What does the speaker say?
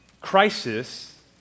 crisis